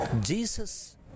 Jesus